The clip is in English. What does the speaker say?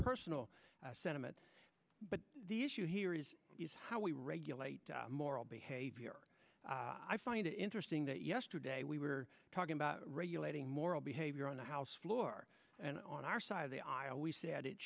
personal sentiment but the issue here is is how we regulate moral behavior i find it interesting that yesterday we were talking about regulating moral behavior on the house floor and on our side of the aisle we said it